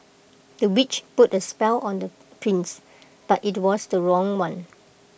the witch put A spell on the prince but IT was the wrong one